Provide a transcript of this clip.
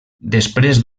després